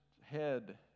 head